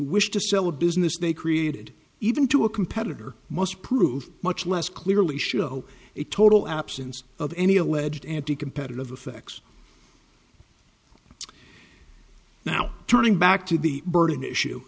wish to sell a business they created even to a competitor must prove much less clearly show a total absence of any alleged anticompetitive effects now turning back to the burning issue